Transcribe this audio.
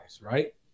right